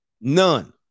None